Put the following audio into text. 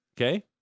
Okay